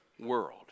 world